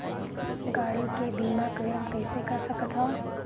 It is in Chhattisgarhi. गाड़ी के बीमा क्लेम कइसे कर सकथव?